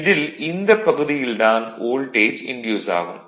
இதில் இந்தப் பகுதியில் தான் வோல்டேஜ் இன்டியூஸ் ஆகும்